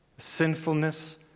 Sinfulness